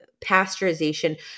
pasteurization